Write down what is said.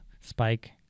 spike